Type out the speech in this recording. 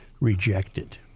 rejected